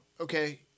okay